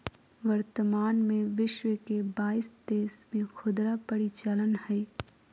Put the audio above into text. वर्तमान में विश्व के बाईस देश में खुदरा परिचालन हइ